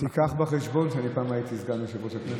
קח בחשבון שפעם הייתי סגן יושב-ראש הכנסת.